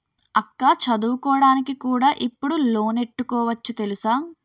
అక్కా చదువుకోడానికి కూడా ఇప్పుడు లోనెట్టుకోవచ్చు తెలుసా?